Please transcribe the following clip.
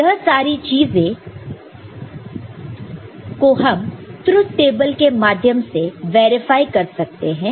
यह सारी चीज को हम ट्रुथ टेबल के माध्यम से वेरीफाई कर सकते हैं